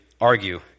argue